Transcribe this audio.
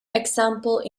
example